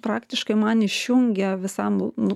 praktiškai man išjungė visam nu